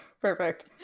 Perfect